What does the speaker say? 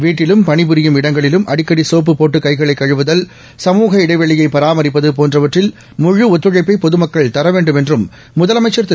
வீட்டிலும் பணிபுரியும் இடங்களிலும் அடிக்கடி சோப்பை பயன்படுத்தி கைகளை கழுவதல் சமுக இடைவெளியைப் பராமரிப்பது போன்றவற்றில் முழுஒத்துழைப்பை பொதுமக்கள் தர வேண்டும் என்றும் முதலமைச்சர் திரு